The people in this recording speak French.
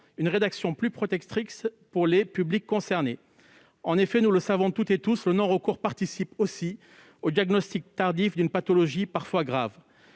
une rédaction plus protectrice pour les publics concernés. En effet, nous savons tous que le non-recours au SPST participe aussi au diagnostic tardif d'une pathologie parfois grave.